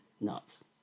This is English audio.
nuts